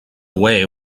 away